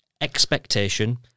expectation